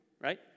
right